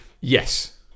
yes